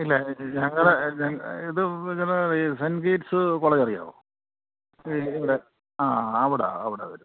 ഇല്ല ഞങ്ങള് ഇത് ഇങ്ങനെ സെൻഗേറ്റ്സ് കോളേജറിയാമോ ഇവിടെ ആ അവിടെയാണ് അവിടവിടെ